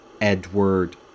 Edward